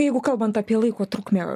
jeigu kalbant apie laiko trukmę